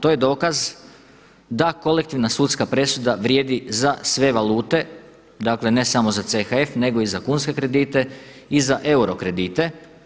To je dokaz da kolektivna sudska presuda vrijedi za sve valute, dakle ne samo za CHF nego i za kunske kredite i za euro kredite.